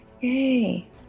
Yay